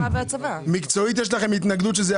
העודפים נוצרו בעיקר בפעילות שחוצה שנים.